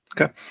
Okay